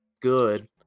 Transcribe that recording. good